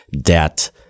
debt